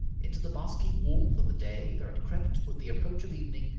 into the basking warmth of the day there had crept, with the approach of evening,